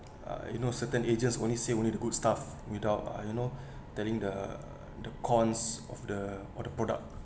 uh you know certain agents only say only the good stuff without you know telling the the cons of the of the product